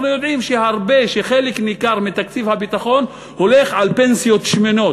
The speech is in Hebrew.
אנחנו יודעים שחלק ניכר מתקציב הביטחון הולך על פנסיות שמנות.